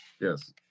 Yes